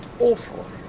awful